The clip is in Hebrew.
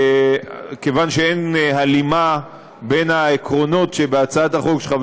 כיוון שאין הלימה בין העקרונות שבהצעת החוק של חבר